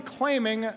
claiming